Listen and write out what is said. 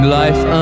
life